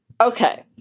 Okay